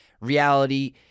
reality